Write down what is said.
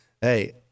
hey